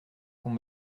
qu’on